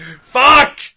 fuck